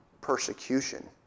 persecution